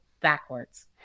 Backwards